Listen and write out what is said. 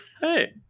Hey